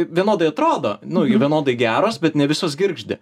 vienodai atrodo nu vienodai geros bet ne visos girgždi